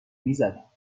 میزدم